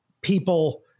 people